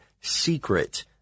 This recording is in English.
secret